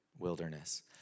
wilderness